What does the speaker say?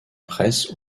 presse